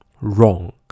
wrong